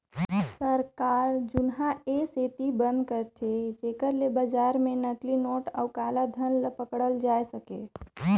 सरकार जुनहा ए सेती बंद करथे जेकर ले बजार में नकली नोट अउ काला धन ल पकड़ल जाए सके